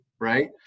right